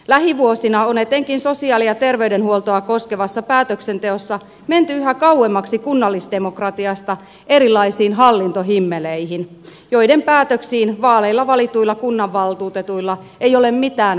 lähivuosina on etenkin sosiaali ja terveydenhuoltoa koskevassa päätöksenteossa menty yhä kauemmaksi kunnallisdemokratiasta erilaisiin hallintohimmeleihin joiden päätöksiin vaaleilla valituilla kunnanvaltuutetuilla ei ole mitään vaikutusvaltaa